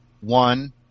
one